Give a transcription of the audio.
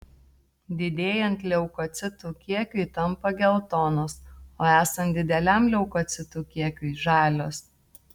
didėjant leukocitų kiekiui tampa geltonos o esant dideliam leukocitų kiekiui žalios